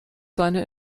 seine